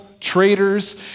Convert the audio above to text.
traitors